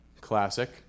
Classic